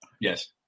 Yes